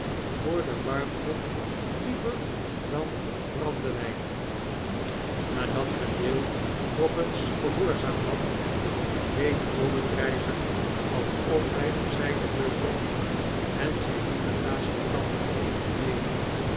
voor de warmte liever dan brandewijn nadat vendale nog eens gehoorzaamd had deed obenreizer alsof hij op zijne beurt dronk en zy liepen naast elkander heen en weder